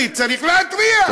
אני צריך להתריע.